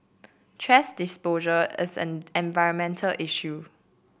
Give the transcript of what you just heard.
thrash disposal is an environmental issue